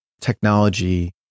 technology